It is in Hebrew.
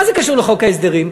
מה זה קשור לחוק ההסדרים?